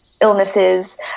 illnesses